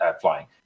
flying